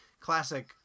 classic